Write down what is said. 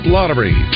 Lottery